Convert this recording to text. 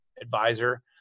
advisor